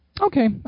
Okay